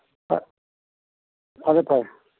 ꯐꯔꯦ ꯐꯔꯦ